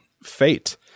fate